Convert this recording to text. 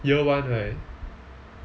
year one right